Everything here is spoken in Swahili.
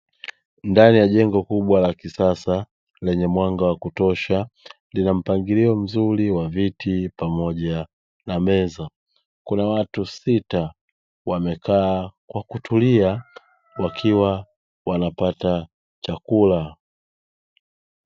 Ndani ya jengo kubwa la kisasa lenye mwanga wa kutosha, lina mpangilio mzuri wa viti pamoja na meza kuna watu sita wamekaa kwa kutulia wakiwa wanapata chakula.